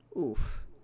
Oof